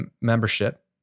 membership